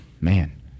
Man